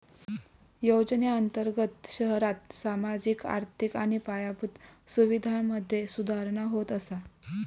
योजनेअंर्तगत शहरांत सामाजिक, आर्थिक आणि पायाभूत सुवीधांमधे सुधारणा होत असा